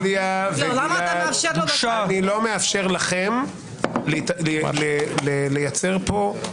לא מאפשר לכם לייצר פה הפרעה לדיון.